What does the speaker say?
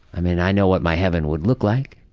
i mean i know what my heaven would look like.